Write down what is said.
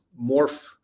morph